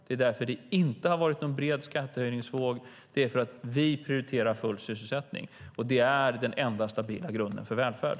Det är därför det inte har varit någon bred skattehöjningsvåg. Vi prioriterar nämligen full sysselsättning, och det är den enda stabila grunden för välfärd.